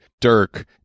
Dirk